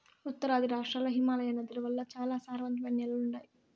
ఉత్తరాది రాష్ట్రాల్ల హిమాలయ నదుల వల్ల చాలా సారవంతమైన నేలలు ఉండాయి